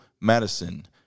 Madison